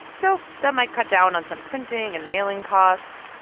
so that might cut down on some printing and mailing costs.